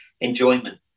enjoyment